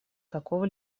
какого